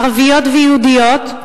ערבית ויהודית,